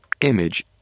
Image